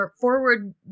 forward